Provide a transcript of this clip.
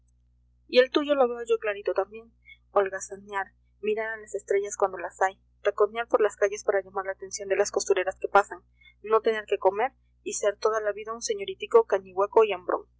y el tuyo lo veo yo clarito también holgazanear mirar a las estrellas cuando las hay taconear por las calles para llamar la atención de las costureras que pasan no tener qué comer y ser toda la vida un señoritico cañihueco y hambrón